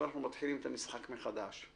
עכשיו אנחנו מתחילים את המשחק מחדש.